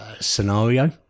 Scenario